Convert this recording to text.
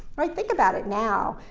right? think about it now,